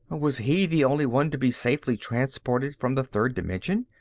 was he the only one to be safely transported from the third dimension?